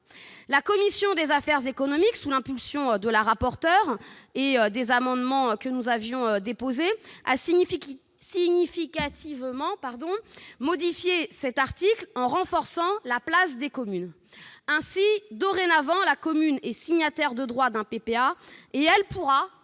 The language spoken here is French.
La commission des affaires économiques, sous l'impulsion de Mme la rapporteur, et à la suite des amendements que nous avons déposés, a significativement modifié cet article en renforçant la place des communes. Ainsi, la commune est dorénavant signataire de droit d'un PPA et elle pourra